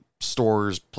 stores